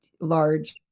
large